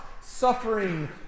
suffering